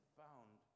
found